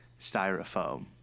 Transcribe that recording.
styrofoam